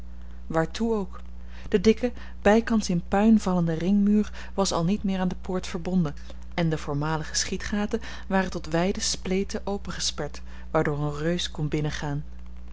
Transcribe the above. waartoe ook de dikke bijkans in puin vallende ringmuur was al niet meer aan de poort verbonden en de voormalige schietgaten waren tot wijde spleten opengesperd waardoor een reus kon binnengaan